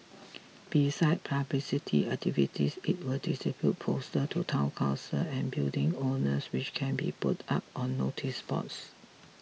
beside publicity activities it will distribute posters to Town Councils and building owners which can be put up on noticeboards